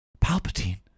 Palpatine